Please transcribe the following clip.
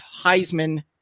Heisman